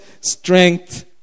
strength